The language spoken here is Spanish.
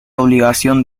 obligación